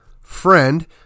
friend